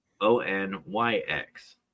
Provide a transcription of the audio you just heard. O-N-Y-X